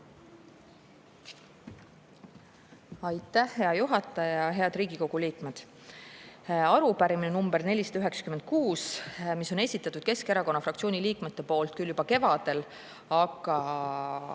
Aitäh, hea juhataja! Head Riigikogu liikmed! Arupärimine nr 496 on esitatud Keskerakonna fraktsiooni liikmete poolt küll juba kevadel, aga